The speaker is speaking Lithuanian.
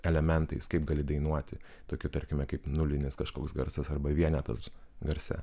elementais kaip gali dainuoti tokiu tarkime kaip nulinis kažkoks garsas arba vienetas garse